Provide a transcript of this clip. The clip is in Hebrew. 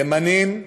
ימנים,